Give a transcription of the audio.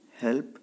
help